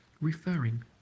referring